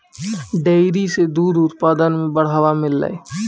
dairy सें दूध उत्पादन म बढ़ावा मिललय